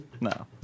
no